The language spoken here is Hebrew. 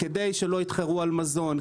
כדי שלא יתחרו על מזון,